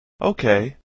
Okay